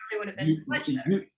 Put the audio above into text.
it would've been much you know